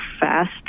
fast